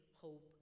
hope